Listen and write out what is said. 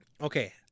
Okay